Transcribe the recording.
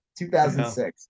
2006